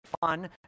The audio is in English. fun